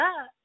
up